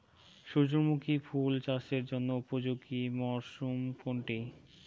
সূর্যমুখী ফুল চাষের জন্য উপযোগী মরসুম কোনটি?